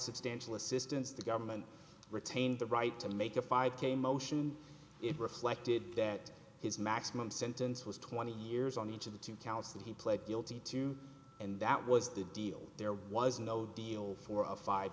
substantial assistance the government retained the right to make a five k motion it reflected that his maximum sentence was twenty years on each of the two counts that he pled guilty to and that was the deal there was no deal for a five